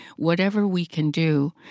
whatever we can do.